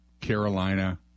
Carolina